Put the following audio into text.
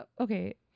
Okay